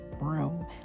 room